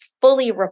fully